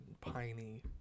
piney